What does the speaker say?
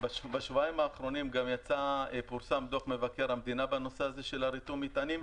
בשבועיים האחרונים פורסם דוח מבקר המדינה בנושא הזה של ריתום המטענים.